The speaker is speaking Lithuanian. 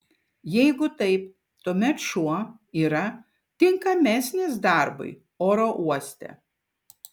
jeigu taip tuomet šuo yra tinkamesnis darbui oro uoste